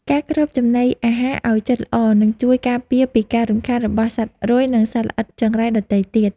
ការគ្របចំណីអាហារឱ្យជិតល្អនឹងជួយការពារពីការរំខានរបស់សត្វរុយ និងសត្វល្អិតចង្រៃដទៃទៀត។